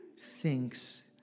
thinks